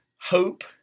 hope